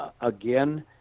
Again